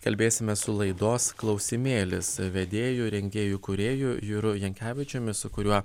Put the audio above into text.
kalbėsime su laidos klausimėlis vedėju rengėju kūrėju juru jankevičiumi su kuriuo